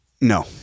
No